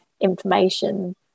information